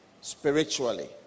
spiritually